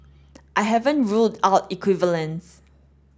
I haven't ruled out equivalent